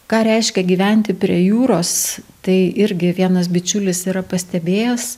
ką reiškia gyventi prie jūros tai irgi vienas bičiulis yra pastebėjęs